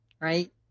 right